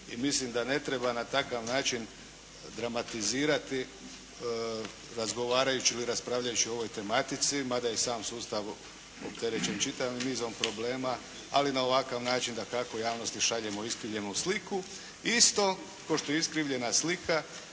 I mislim da ne treba na takav način dramatizirati razgovarajući ili raspravljajući o ovoj tematici, mada i sam sustav opterećen čitavim nizom problema, ali na ovakav način dakako javnosti šaljemo iskrivljenu sliku. Isto kao što je iskrivljena slika